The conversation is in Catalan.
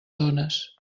dones